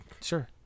sure